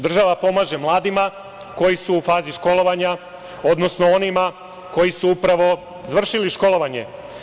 Država pomaže mladima koji su u fazi školovanja, odnosno onima koji su upravo završili školovanje.